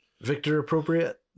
Victor-appropriate